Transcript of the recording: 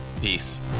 peace